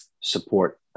support